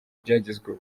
byagizwe